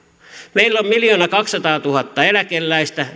meillä on miljoonakaksisataatuhatta eläkeläistä